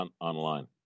online